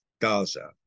Gaza